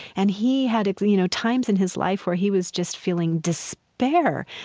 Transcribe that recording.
and he had you know times in his life where he was just feeling despair,